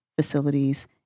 facilities